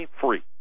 free